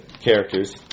characters